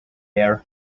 air